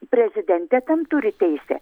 prezidentė tam turi teisę